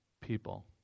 people